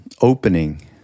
opening